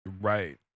right